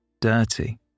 Dirty